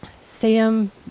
Sam